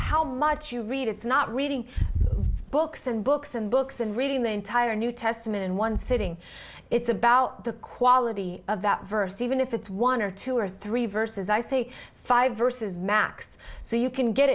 how much you read it's not reading books and books and books and reading the entire new testament in one sitting it's about the quality of that verse even if it's one or two or three verses i see five verses max so you can get